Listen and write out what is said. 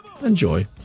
Enjoy